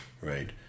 right